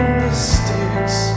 mistakes